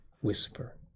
whisper